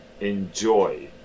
enjoy